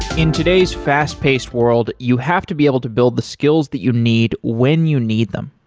in today's fast-paced world, you have to be able to build the skills that you need when you need them.